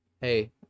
Hey